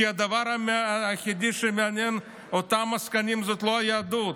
כי הדבר היחיד שמעניין את אותם עסקנים הוא לא היהדות,